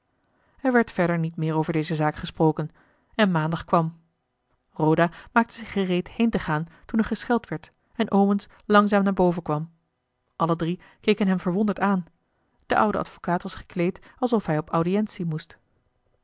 er werd verder niet meer over deze zaak gesproken en maandag kwam roda maakte zich gereed heen te gaan toen er gescheld werd en omens langzaam naar boven kwam alle drie keken hem verwonderd aan de oude advocaat was gekleed alsof hij op audiëntie moest